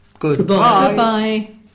Goodbye